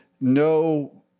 no